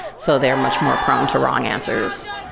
so they're much more prone to wrong answers.